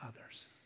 others